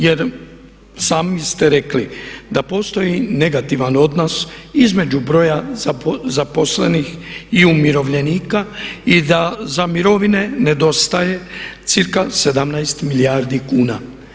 Jer sami ste rekli da postoji negativan odnos između broja zaposlenih i umirovljenika i da za mirovine nedostaje cirka 17 milijardi kuna.